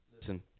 Listen